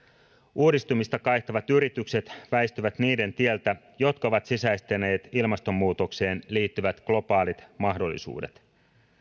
uudistumista kaihtavat yritykset väistyvät niiden tieltä jotka ovat sisäistäneet ilmastonmuutokseen liittyvät globaalit mahdollisuudet